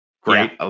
Great